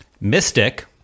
Mystic